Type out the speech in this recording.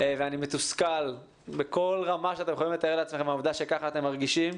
ואני מתוסכל בכל רמה שאתם יכולים לתאר לעצמכם מהעובדה שכך אתם מרגישים.